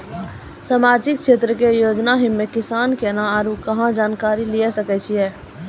समाजिक क्षेत्र के योजना हम्मे किसान केना आरू कहाँ जानकारी लिये सकय छियै?